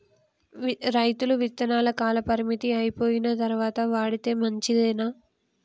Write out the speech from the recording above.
రైతులు విత్తనాల కాలపరిమితి అయిపోయిన తరువాత వాడితే మంచిదేనా?